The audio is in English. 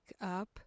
up